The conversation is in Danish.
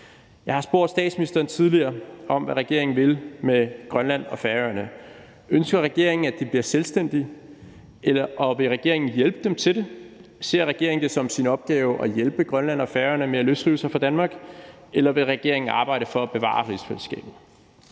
tidligere spurgt statsministeren om, hvad statsministeren vil med Grønland og Færøerne. Ønsker regeringen, at de bliver selvstændige, og vil regeringen hjælpe dem til det? Ser regeringen det som sin opgave at hjælpe Grønland og Færøerne med at løsrive sig fra Danmark? Eller vil regeringen arbejde for at bevare rigsfællesskabet?